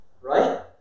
right